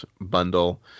bundle